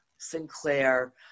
Sinclair